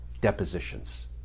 depositions